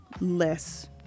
less